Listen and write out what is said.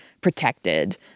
protected